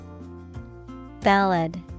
Ballad